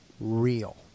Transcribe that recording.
real